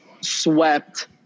swept